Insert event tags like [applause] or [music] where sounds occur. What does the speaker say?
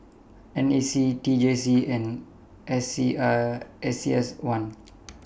N A C T J C and S C [hesitation] S C S one